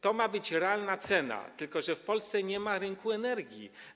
To ma być realna cena, tylko że w Polsce nie ma rynku energii.